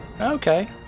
Okay